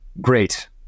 great